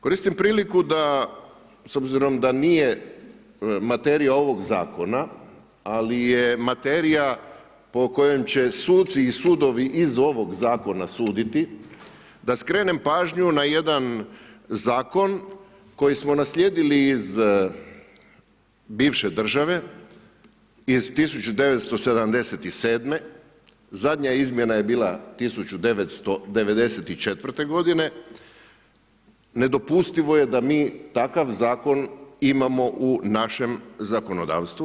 Koristim priliku da, s obzirom da nije materija ovog zakona ali je materija po kojem će suci i sudovi iz ovog zakona suditi, da skrenem pažnju na jedan zakon koji smo naslijedili iz bivše države iz 1977., zadnja izmjena je bila 1994. godine, nedopustivo je da mi takav zakon imamo u našem zakonodavstvu.